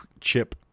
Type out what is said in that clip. chip